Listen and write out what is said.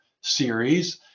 series